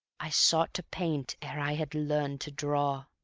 i sought to paint ere i had learned to draw,